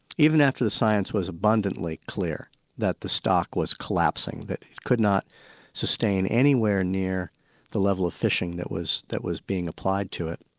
even after the science was abundantly clear that the stock was collapsing, that it could not sustain anywhere near the level of fishing that was that was being applied to it,